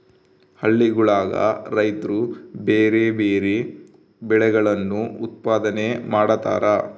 ಹಳ್ಳಿಗುಳಗ ರೈತ್ರು ಬ್ಯಾರೆ ಬ್ಯಾರೆ ಬೆಳೆಗಳನ್ನು ಉತ್ಪಾದನೆ ಮಾಡತಾರ